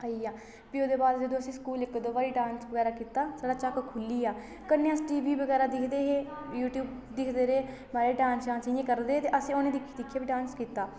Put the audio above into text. आई गेआ फ्ही ओह्दे बाद जदूं असें स्कूल इक दो बारी डांस बगैरा कीता साढ़ा झक्क खुल्ली गेआ कन्नै अस टी वी बगैरा दिखदे हे यूट्यूब दिखदे रेह् महाराज डांस शांस इयां करदे हे ते अस उनेंई दिक्खी दिक्खियै बी डांस कीता